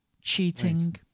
cheating